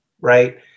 right